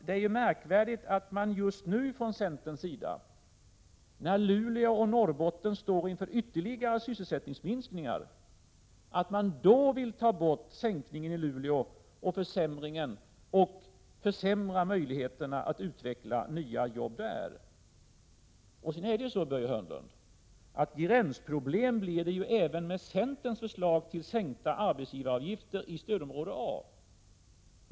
Det är ju märkvärdigt att man från centerns sida just nu, när Luleå och Norrbotten står inför ytterligare sysselsättningsminskningar, vill ta bort sänkningen i Luleå och försämra möjligheterna att utveckla nya jobb där. Men, Börje Hörnlund, gränsproblem uppstår ju även med centerns förslag om sänkta arbetsgivaravgifter i stödområde A.